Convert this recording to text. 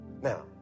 Now